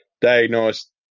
diagnosed